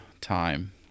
time